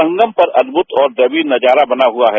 संगम पर अद्भुत और दैवीय नज़ारा बना हुआ है